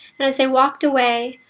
and as they walked away,